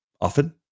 often